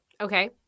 okay